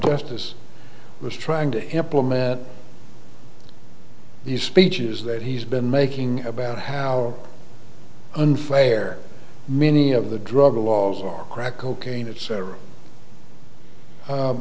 justice was trying to implement these speeches that he's been making about how unfair many of the drug laws are crack cocaine et